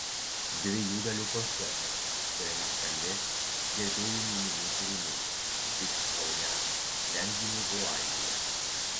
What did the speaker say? dviejų dalių koncertas kuriame skambės gerbėjų mylimi kūriniai vyks kaune renginių oazėje